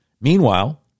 Meanwhile